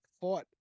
fought